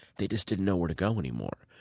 they just didn't know where to go any more.